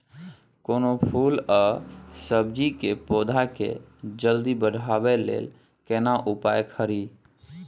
कोनो फूल आ सब्जी के पौधा के जल्दी बढ़ाबै लेल केना उपाय खरी?